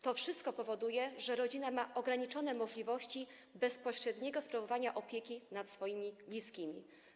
To wszystko powoduje, że rodzina ma ograniczone możliwości bezpośredniego sprawowania opieki nad swoimi bliskimi.